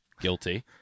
Guilty